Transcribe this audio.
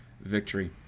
victory